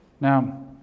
Now